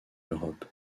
europe